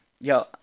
Yo